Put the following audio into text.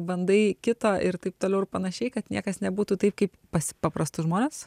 bandai kito ir taip toliau ir panašiai kad niekas nebūtų taip kaip pas paprastus žmones